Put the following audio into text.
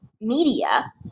media